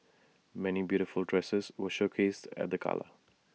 many beautiful dresses were showcased at the gala